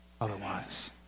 otherwise